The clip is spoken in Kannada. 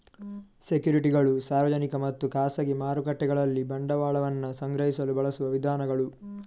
ಸೆಕ್ಯುರಿಟಿಗಳು ಸಾರ್ವಜನಿಕ ಮತ್ತು ಖಾಸಗಿ ಮಾರುಕಟ್ಟೆಗಳಲ್ಲಿ ಬಂಡವಾಳವನ್ನ ಸಂಗ್ರಹಿಸಲು ಬಳಸುವ ವಿಧಾನಗಳು